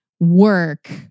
work